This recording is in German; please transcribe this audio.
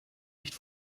nicht